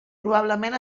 probablement